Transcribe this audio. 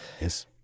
yes